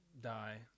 die